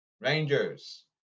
Rangers